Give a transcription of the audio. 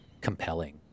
compelling